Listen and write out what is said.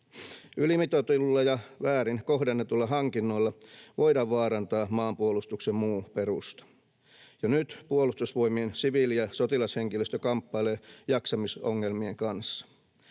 Ylimitoitetuilla ja väärin kohdennetuilla hankinnoilla voidaan vaarantaa maanpuolustuksen muu perusta. Jo nyt Puolustusvoimien siviili- ja sotilashenkilöstö kamppailee jaksamisongelmien kanssa.